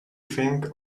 think